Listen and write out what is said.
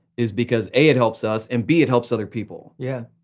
is because a, it helps us, and b, it helps other people. yeah.